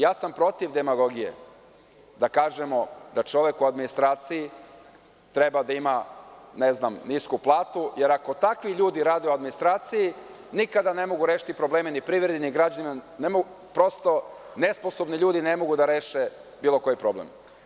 Ja sam protiv demagogije, da kažemo da čovek u administraciji treba da ima nisku platu, jer ako takvi ljudi rade u administraciji, nikada ne mogu rešiti probleme ni privrede ni građana, jer, prosto, nesposobni ljudi ne mogu da reše bilo koji problem.